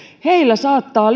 heillä saattaa